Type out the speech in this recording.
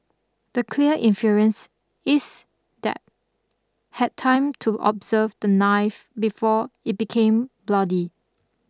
the clear inference is that had time to observe the knife before it became bloody